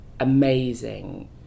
amazing